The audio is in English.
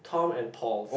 Tom and Paws